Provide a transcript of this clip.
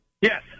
Yes